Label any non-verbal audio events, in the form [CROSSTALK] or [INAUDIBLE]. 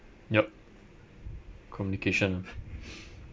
yup communication ah [LAUGHS]